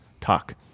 talk